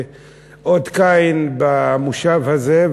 שהוא אות קין במושב הזה,